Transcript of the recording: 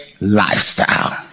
lifestyle